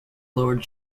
lord